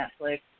Netflix